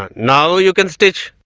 um now you can stitch